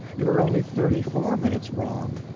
you are only thirty-four minutes wrong.